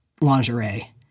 lingerie